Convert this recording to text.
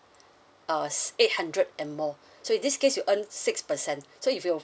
uh eight hundred and more so in this case you earn six percent so if you